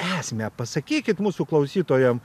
esmę pasakykit mūsų klausytojam